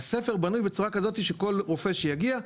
הספר בנוי בצורה כזאתי שכל רופא שיגיע,